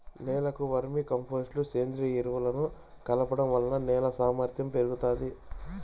నేలకు vermicompost, సేంద్రీయ ఎరువులను కలపడం వలన నేల సామర్ధ్యం పెరుగుతాది